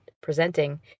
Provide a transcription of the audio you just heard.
presenting